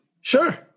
Sure